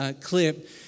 clip